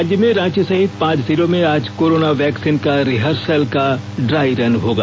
राज्य में रांची सहित पांच जिलों में आज कोरोना वैक्सीन का रिहर्सल का ड्राई रन होगा